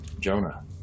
Jonah